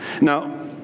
Now